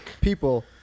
People